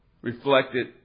reflected